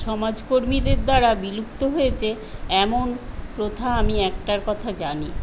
সমাজকর্মীদের দ্বারা বিলুপ্ত হয়েছে এমন প্রথা আমি একটার কথা জানি